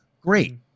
great